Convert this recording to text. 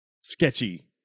sketchy